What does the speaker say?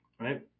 right